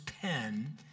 pen